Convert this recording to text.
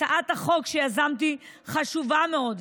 הצעת החוק שיזמתי חשובה מאוד,